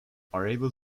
able